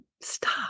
stop